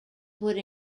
would